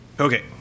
okay